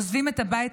עוזבים את הבית,